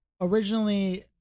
Originally